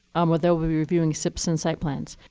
um but they'll be reviewing sips and site plans.